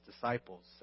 disciples